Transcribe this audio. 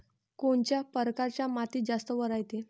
कोनच्या परकारच्या मातीत जास्त वल रायते?